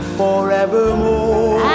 forevermore